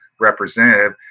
representative